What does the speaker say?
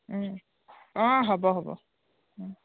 অঁ হ'ব হ'ব